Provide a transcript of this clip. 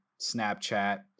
Snapchat